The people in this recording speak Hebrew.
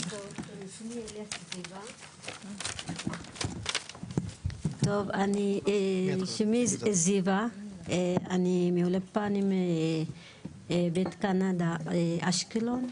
שמי זיוה אליאס, אני מאולפן בית קנדה אשקלון.